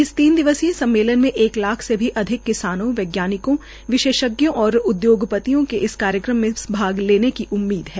इस तीन दिवसीय सम्मेलन में एक लाख से भी अधिक किसानों वैज्ञानिकों विशेषज्ञों और उद्योग पतियों के इस कार्यक्रम में भाग लेने की उम्मीद है